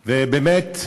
ובאמת,